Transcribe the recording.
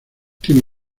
tiene